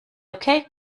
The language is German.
okay